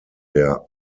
der